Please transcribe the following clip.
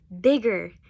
bigger